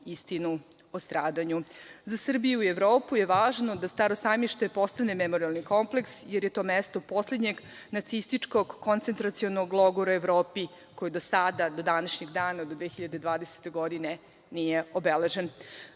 istinu o stradanju. Za Srbiju i Evropu je važno da Staro sajmište postane memorijalni kompleks jer je to mesto poslednjeg nacističkog koncentracionog logora u Evropi koji do sada, do današnjeg dana, do 2020. godine nije obeležen.